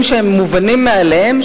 המשאבים שהם מובנים מאליהם,